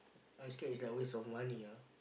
I scared is like waste of money ah